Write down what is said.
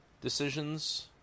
decisions